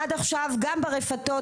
עד עכשיו גם ברפתות,